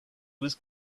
was